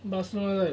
barcelona